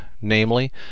namely